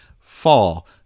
Fall